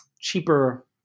cheaper